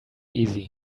easy